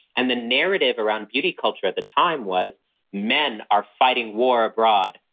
and the narrative around beauty culture at the time was men are fighting war abroad.